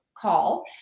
call